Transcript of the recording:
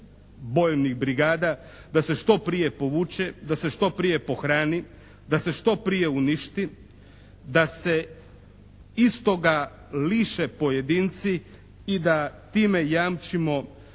bojevnih brigada da se što prije povuče, da se što prije pohrani, da se što prije uništi, da se istoga liše pojedinci i da time jamčimo